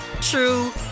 true